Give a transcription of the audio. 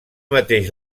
mateix